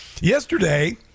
Yesterday